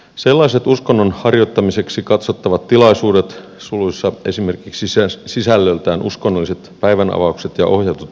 sellaiset uskonnon harjoittamiseksi katsottavat tilaisuudet suluissa esimerkiksi se on sisällöltään uskonnolliset päivänavaukset ja ohjatut